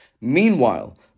Meanwhile